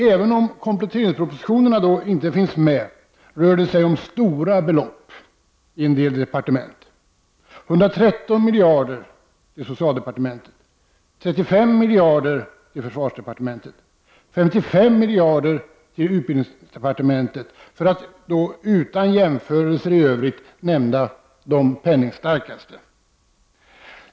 Även om kompletteringspropositionerna inte finns med rör det sig om stora belopp i en del departement — 113 miljarder till socialdepartementet, 35 miljarder till försvarsdepartementet, 55 miljarder till utbildningsdepartementet. Jag nämner dessa för att, utan jämförelser i övrigt, nämna de penningstarkaste.